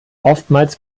oftmals